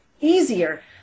easier